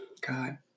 God